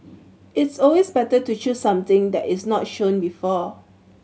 it's always better to choose something that is not shown before